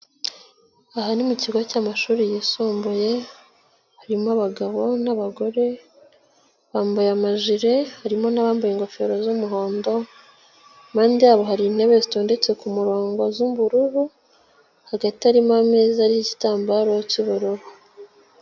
Aha ni mu kigo cy'amashuri yisumbuye, harimo abagabo n'abagore, bambaye amajire, harimo n'abambaye ingofero z'umuhondo, impande yabo hari intebe zitondetse ku murongo z'ubururu, hagati harimo ameza ariho igitambaro cy'ubururu.